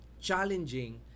challenging